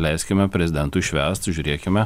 leiskime prezidentui švęst žiūrėkime